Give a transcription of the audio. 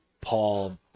Paul